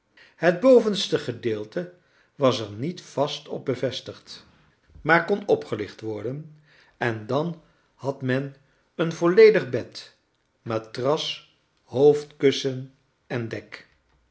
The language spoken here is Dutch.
het bovenste gedeelte was er niet vast op bevestigd maar kon opgelicht worden en dan had men een volledig bed matras hoofdkussen en dek